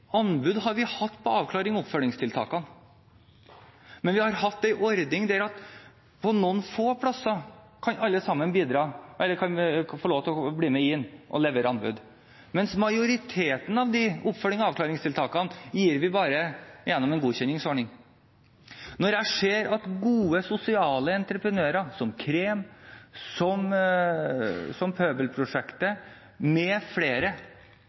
Anbud har vi hatt på avklarings- og oppfølgingstiltakene. Men vi har hatt en ordning som er slik at på noen få plasser kan alle få lov til å bli med og legge inn anbud, mens majoriteten av oppfølgings- og avklaringstiltakene gir man bare gjennom en godkjenningsordning. Når jeg ser at gode sosiale entreprenører, som KREM, Pøbelprosjektet m.fl., lykkes med å utvikle gode metoder for å få flere